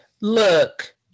Look